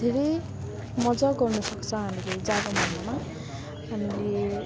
धेरै मजा गर्नु सक्छौँ हामीले जाडो महिनामा हामीले